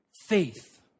faith